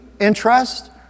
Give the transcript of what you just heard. interest